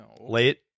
late